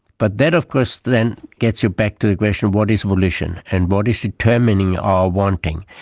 but that of course then gets you back to the question what is volition, and what is determining our wanting,